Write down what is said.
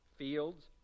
fields